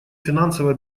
финансовое